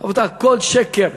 רבותי, הכול שקר.